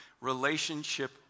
Relationship